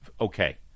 okay